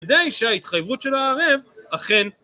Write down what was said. כדי שההתחייבות של הערב אכן